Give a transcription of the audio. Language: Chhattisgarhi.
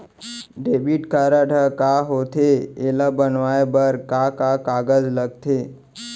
डेबिट कारड ह का होथे एला बनवाए बर का का कागज लगथे?